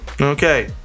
okay